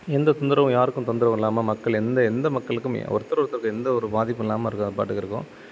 எந்த தொந்தரவும் யாருக்கும் தொந்தரவும் இல்லாமல் மக்கள் எந்த எந்த மக்களுக்குமே ஒருத்தர் ஒருத்தருக்கும் எந்த ஒரு பாதிப்பும் இல்லாமல் இருக்கும் அது பாட்டுக்கு இருக்கும்